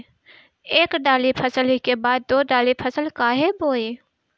एक दाली फसल के बाद दो डाली फसल काहे बोई?